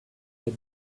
had